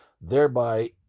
thereby